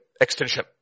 extension